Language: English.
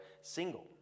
single